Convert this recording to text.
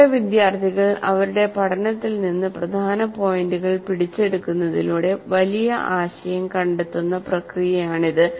നിങ്ങളുടെ വിദ്യാർത്ഥികൾ അവരുടെ പഠനത്തിൽ നിന്ന് പ്രധാന പോയിന്റുകൾ പിടിച്ചെടുക്കുന്നതിലൂടെ വലിയ ആശയം കണ്ടെത്തുന്ന പ്രക്രിയയാണിത്